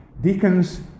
deacons